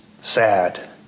sad